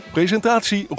Presentatie